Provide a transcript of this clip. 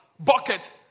Bucket